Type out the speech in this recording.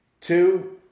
Two